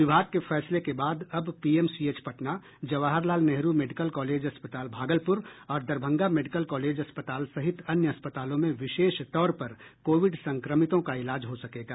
विभाग के फैसले के बाद अब PMCH Patna Jawahar Lal Nehru medical college अस्पताल भागलपुर और दरभंगा मेडिकल कॉलेज अस्पताल सहित अन्य अस्पतालों में विशेष तौर पर कोविड संक्रमितों का इलाज हो सकेगा